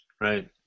Right